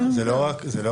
זה לא חיקוק,